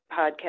podcast